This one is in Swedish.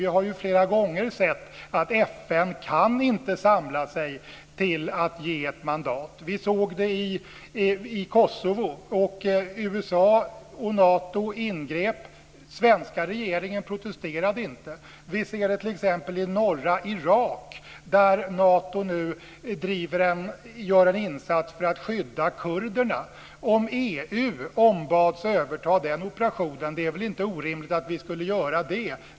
Vi har flera gånger sett att FN inte kan samla sig till att ge ett mandat. Vi såg det i Kosovo. USA och Nato ingrep. Den svenska regeringen protesterade inte. Vi ser det t.ex. i norra Irak, där Nato nu gör en insats för att skydda kurderna. Om EU ombads överta den operationen är det väl inte orimligt att vi kommer att göra det.